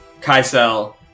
Kaisel